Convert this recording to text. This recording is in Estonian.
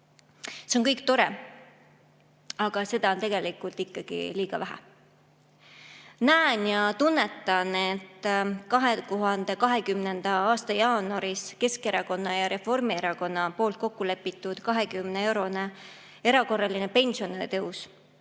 See on kõik tore, aga seda on ikkagi liiga vähe. Ma näen ja tunnetan, et 2020. aasta jaanuaris Keskerakonna ja Reformierakonna kokkulepitud 20‑eurone erakorraline pensionitõus